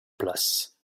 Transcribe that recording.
place